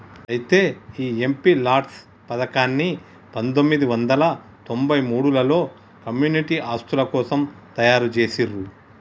అయితే ఈ MPLADS పథకాన్ని పందొమ్మిది వందల తొంభై మూడులలో కమ్యూనిటీ ఆస్తుల కోసం తయారు జేసిర్రు